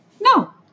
No